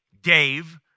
Dave